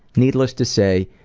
needless to say,